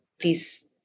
please